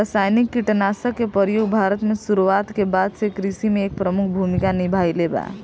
रासायनिक कीटनाशक के प्रयोग भारत में शुरुआत के बाद से कृषि में एक प्रमुख भूमिका निभाइले बा